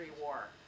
war